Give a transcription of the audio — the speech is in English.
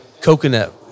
coconut